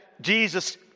Jesus